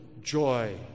joy